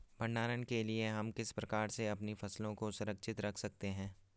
भंडारण के लिए हम किस प्रकार से अपनी फसलों को सुरक्षित रख सकते हैं?